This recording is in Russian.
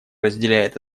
разделяет